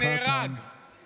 שנהרג, זמנך תם.